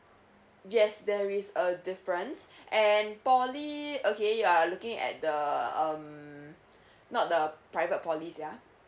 yes there is a difference and poly okay you are looking at the um not the private polys ya